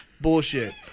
bullshit